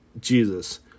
Jesus